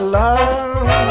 love